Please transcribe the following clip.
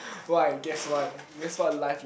why guess why you just what life